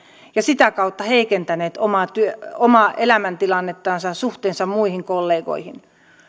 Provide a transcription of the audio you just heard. ja sitä kautta heikentäneet omaa omaa elämäntilannettansa suhteessa muihin kollegoihin